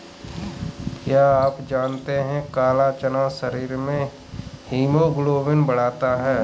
क्या आप जानते है काला चना शरीर में हीमोग्लोबिन बढ़ाता है?